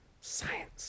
Science